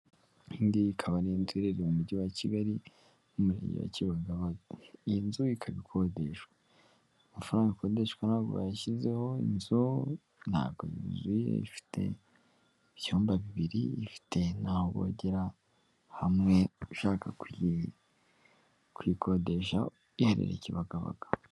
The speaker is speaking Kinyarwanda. Iyi ngiyi ikaba ni inzu iherereye mu mujyi wa Kigali mu murenge wa Kibagabaga, iyi nzu ikaba ikodeshwa, amafaranga akodeshwa ntabwo bayishyizeho, inzu ntabwo yuzuye ifite ibyumba bibiri, ifite naho bogera hamwe ushaka kuyikodesha iherereye kibagabaga.